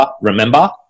remember